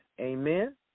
Amen